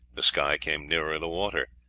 the sky came nearer the water.